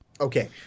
Okay